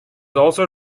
also